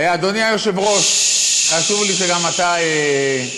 אדוני היושב-ראש, חשוב לי שגם אתה תקשיב.